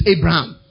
Abraham